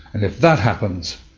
and if that happens,